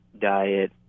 diet